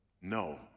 no